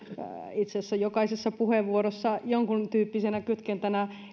itse asiassa jokaisessa puheenvuorossa jonkuntyyppisenä kytkentänä